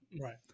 Right